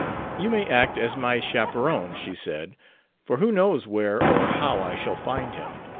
you may act as my chaperon, she said for who knows where or how i shall find him?